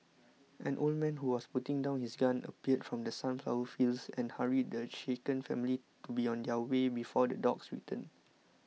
an old man who was putting down his gun appeared from the sunflower fields and hurried the shaken family to be on their way before the dogs return